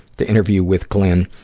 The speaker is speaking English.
the interview with glynn.